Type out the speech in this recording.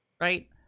right